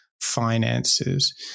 finances